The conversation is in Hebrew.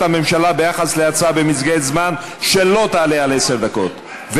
הממשלה ביחס להצעה במסגרת זמן שלא תעלה על עשר דקות,